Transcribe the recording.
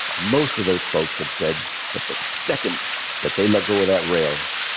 most of those folks have said that the second that they let go of that rail,